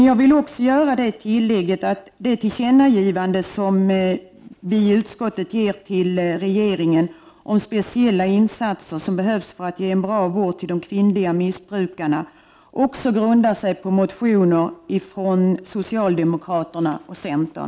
Jag vill också göra det tillägget att det tillkännagivande som utskottet ger till regeringen, om speciella insatser som behövs för att ge en bra vård till de kvinnliga missbrukarna, också grundar sig på motioner från socialdemokraterna och centern.